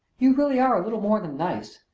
you really are a little more than nice!